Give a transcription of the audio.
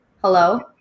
hello